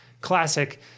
classic